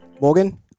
Morgan